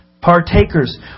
Partakers